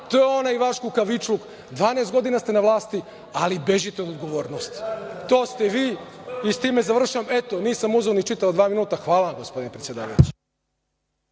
To je onaj vaš kukavičluk - 12 godina ste na vlasti, ali bežite od odgovornosti. To ste vi. I s time završavam. Eto, nisam uzeo ni čitava dva minuta. Hvala vam, gospodine predsedavajući.